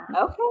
okay